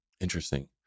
Interesting